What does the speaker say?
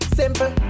simple